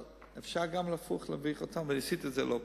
אבל אפשר גם הפוך, ועשיתי את זה לא פעם.